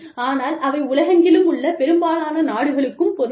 ஆனால் அவை உலகெங்கிலும் உள்ள பெரும்பாலான நாடுகளுக்கும் பொருந்தும்